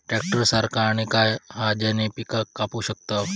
Tractor सारखा आणि काय हा ज्याने पीका कापू शकताव?